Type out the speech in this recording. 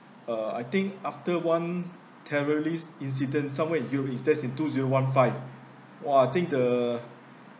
uh I think after one terrorist incident somewhere in ~east that's in two zero one five !wah! I think the